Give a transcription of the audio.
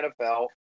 NFL